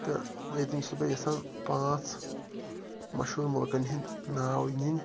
تہٕ ییٚتٮ۪ن چھُس بہٕ یژھان پانٛژھ مشہوٗر مُلکَن ہِنٛدۍ ناو نِنۍ